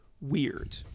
weird